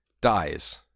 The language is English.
dies